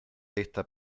esta